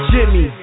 Jimmy